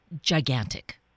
gigantic